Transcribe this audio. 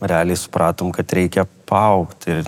realiai supratom kad reikia paaugti